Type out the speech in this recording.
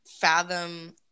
fathom